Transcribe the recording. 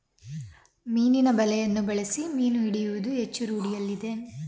ಮೀನಿನ ಬಲೆಯನ್ನು ಬಳಸಿ ಮೀನು ಹಿಡಿಯುವುದು ಹೆಚ್ಚು ರೂಢಿಯಲ್ಲಿದೆ